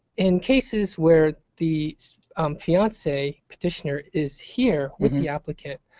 in cases where the fiancee petitioner is here with the applicant,